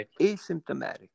asymptomatic